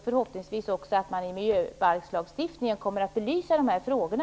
Förhoppningsvis kommer man också att i miljöbalkslagstiftningen belysa de här frågorna.